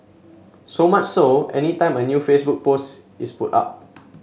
so much so any time a new Facebook post is put up